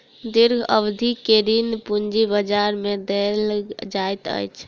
दीर्घ अवधि के ऋण पूंजी बजार में देल जाइत अछि